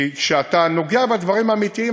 כי כשאתה נוגע בדברים האמיתיים,